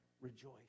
rejoice